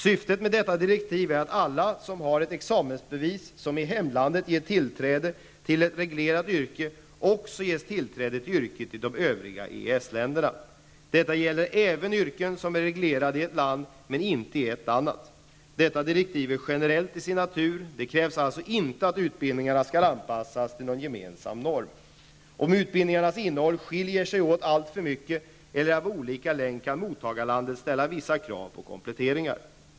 Syftet med detta direktiv är att ett examensbevis som i hemlandet ger tillträde till ett reglerat yrke också ger tillträde till yrket i de övriga EES-länderna. Detta gäller även yrken som är reglerade i ett land men inte i ett annat. Detta direktiv är generellt till sin natur, och det krävs alltså inte att utbildningarna skall anpassas till någon gemensam norm. Om utbildningarnas innehåll skiljer sig åt alltför mycket eller är av olika längd kan mottagarlandet ställa vissa krav på kompletteringar.